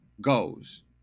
goes